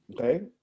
okay